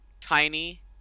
tiny